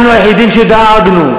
אנחנו היחידים שדאגנו,